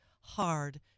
hard